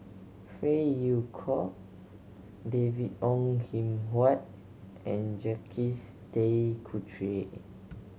Phey Yew Kok David Ong Kim Huat and Jacques De Coutre